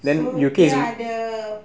so dia ada